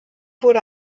wurde